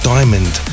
Diamond